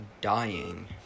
dying